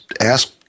ask